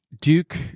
Duke